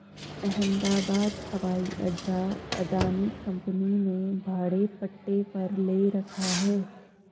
अहमदाबाद हवाई अड्डा अदानी कंपनी ने भाड़े पट्टे पर ले रखा है